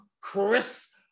Chris